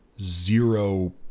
zero